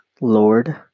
Lord